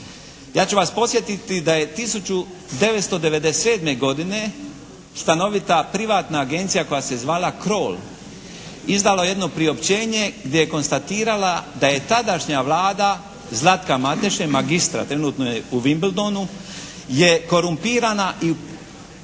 Ja ću vas podsjetiti da je 1997. godine stanovita privatna agencija koja se zvala "Krol" izdala jedno priopćenje gdje je konstatirala da je tadašnja Vlada Zlatka Mateše, magistra, trenutno je u Wimbeldonu, je korumpirana i pod